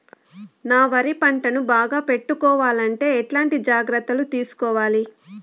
నా వరి పంటను బాగా పెట్టుకోవాలంటే ఎట్లాంటి జాగ్రత్త లు తీసుకోవాలి?